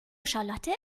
charlotte